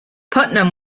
putnam